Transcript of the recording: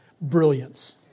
brilliance